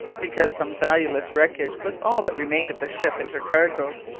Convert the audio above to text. because some valueless wreckage was all that remained of the ship and her cargo,